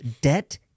debt